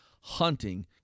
hunting